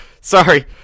Sorry